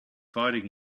fighting